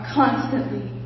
constantly